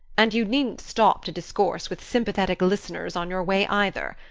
and you needn't stop to discourse with sympathetic listeners on your way, either.